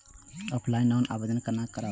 Offline loan के आवेदन केना करब?